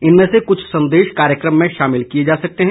इनमें से कुछ संदेश कार्यक्रम में शामिल किए जा सकते हैं